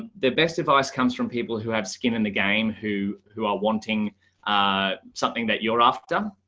the best advice comes from people who have skin in the game who who are wanting something that you're after.